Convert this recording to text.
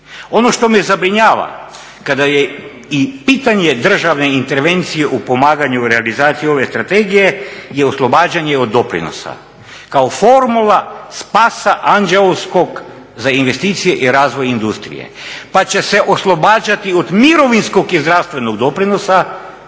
Ono što me zabrinjava kada je i pitanje državne intervencije u pomaganju i realizaciji ove strategije je oslobađanje od doprinosa kao formula spasa anđeoskog za investicije i razvoj industrije pa će se oslobađati od mirovinskog i zdravstvenog doprinosa